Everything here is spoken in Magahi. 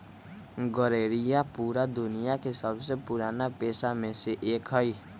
गरेड़िया पूरा दुनिया के सबसे पुराना पेशा में से एक हई